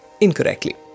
incorrectly